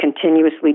continuously